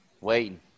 Waiting